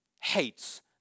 hates